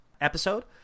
episode